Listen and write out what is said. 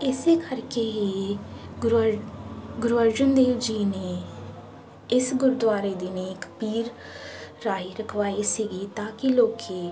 ਇਸੇ ਕਰਕੇ ਹੀ ਗੁਰੂ ਅਰ ਗੁਰੂ ਅਰਜਨ ਦੇਵ ਜੀ ਨੇ ਇਸ ਗੁਰਦੁਆਰੇ ਦੀ ਨੇਕ ਪੀਰ ਰਾਹੀਂ ਰਖਵਾਈ ਸੀਗੀ ਤਾਂ ਕਿ ਲੋਕ